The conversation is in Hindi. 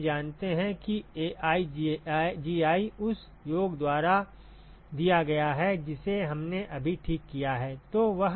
अब हम जानते हैं कि AiGi उस योग द्वारा दिया गया है जिसे हमने अभी ठीक किया है